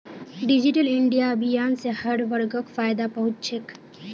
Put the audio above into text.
digital India अभियान स हर वर्गक फायदा पहुं च छेक